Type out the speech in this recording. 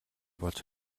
болж